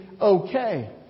okay